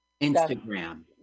Instagram